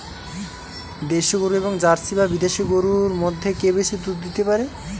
দেশী গরু এবং জার্সি বা বিদেশি গরু মধ্যে কে বেশি দুধ দিতে পারে?